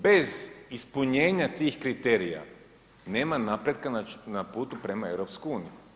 Bez ispunjenja tih kriterija, nema napretka na putu prema EU.